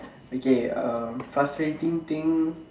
okay um frustrating thing